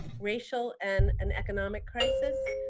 racial, and an economic crisis,